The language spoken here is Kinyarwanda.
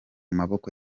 maboko